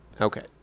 Okay